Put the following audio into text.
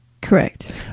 Correct